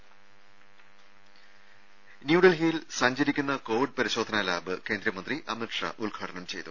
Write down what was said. രും ന്യൂഡൽഹിയിൽ സഞ്ചരിക്കുന്ന കോവിഡ് പരിശോധനാ ലാബ് കേന്ദ്രമന്ത്രി അമിത്ഷാ ഉദ്ഘാടനം ചെയ്തു